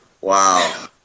wow